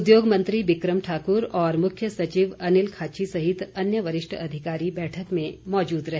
उद्योग मंत्री विक्रम ठाकुर और मुख्य सचिव अनिल खाची सहित अन्य वरिष्ठ अधिकारी बैठक में मौजूद रहे